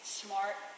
smart